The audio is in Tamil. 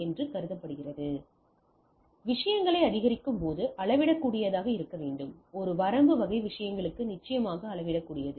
எனவேவிஷயங்களை அதிகரிக்கும்போது அளவிடக்கூடியதாக இருக்க வேண்டும் ஒரு வரம்பு வகை விஷயங்களுக்கு நிச்சயமாக அளவிடக்கூடியது